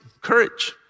courage